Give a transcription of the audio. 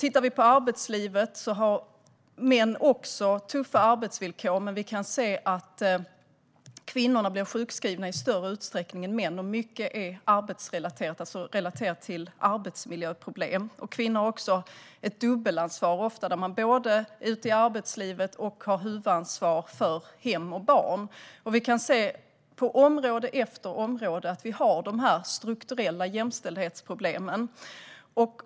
I arbetslivet har också män tuffa arbetsvillkor, men kvinnor blir sjukskrivna i större utsträckning än män. Mycket är arbetsrelaterat, alltså relaterat till arbetsmiljöproblem. Kvinnor har också ofta ett dubbelansvar, då de både är ute i arbetslivet och har huvudansvaret för hem och barn. Vi kan se på område efter område att vi har de här strukturella jämställdhetsproblemen.